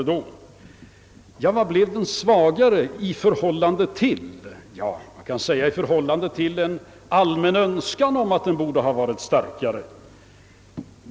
I förhållande till vad blev den svagare? Man kan kanske säga i förhållande till en allmän önskan om att den borde varit starkare.